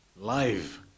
live